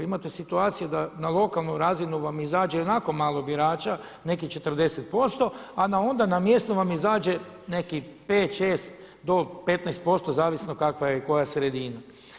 Imate situacije da na lokalnu razinu vam izađe ionako malo birača, nekih 40% a onda na mjesno vam izađe nekih 5, 6 do 15% zavisno kakva je koja sredina.